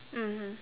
mmhmm